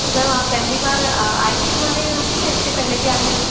तो मैम आप पहली बार आए क्या हमारे यहाँ पर या इससे पहले भी आप ने